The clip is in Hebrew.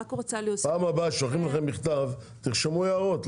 פעם הבאה ששולחים לכם מכתב, תרשמו הערות.